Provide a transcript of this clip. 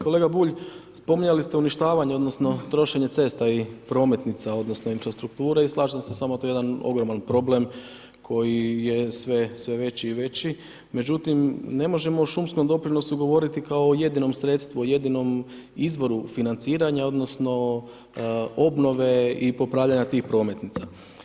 Kolega Bulj, spominjali ste uništavanje, odnosno, trošenje cesta i prometnica, odnosno, infrastrukture i slažem se s vama, to je jedan ogroman problem koji je sve veći i veći, međutim, ne možemo o šumskom doprinosu govoriti kao o jedinom sredstvu, jedinom izvoru financiranja, odnosno, obnove i popravljanje tih prometnica.